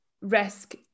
risk